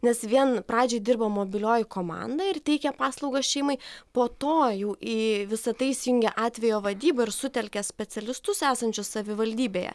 nes vien pradžiai dirba mobilioji komanda ir teikia paslaugas šeimai po to jau į visa tai įsijungia atvejo vadyba ir sutelkia specialistus esančius savivaldybėje